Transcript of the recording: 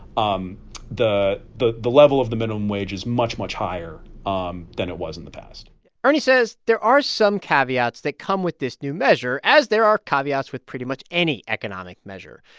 um the the level of the minimum wage is much, much higher um than it was in the past ernie says there are some caveats that come with this new measure, as there are caveats with pretty much any economic measure.